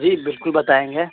جی بالکل بتائیں گے